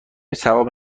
ثواب